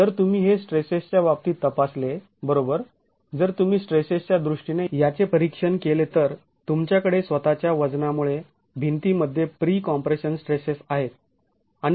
जर तुम्ही हे स्ट्रेसेसच्या बाबतीत तपासले बरोबर जर तुम्ही स्ट्रेसेसच्या दृष्टीने याचे परीक्षण केले तर तुमच्याकडे स्वतःच्या वजनामुळे भिंतीमध्ये प्री कॉम्प्रेशन स्ट्रेसेस आहेत